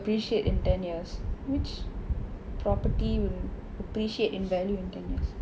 appreciate in ten years which property will appreciate in value in ten years